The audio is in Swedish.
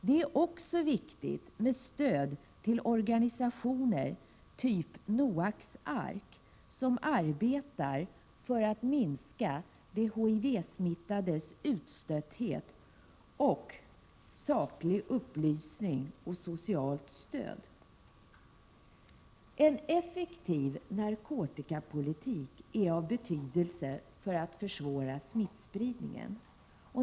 Det är också viktigt med stöd till organisationer typ Noaks ark, som arbetar för att minska de HIV-smittades utstötthet och för saklig upplysning och socialt stöd. En effektiv narkotikapolitik är av betydelse för att försvåra smittspridningen.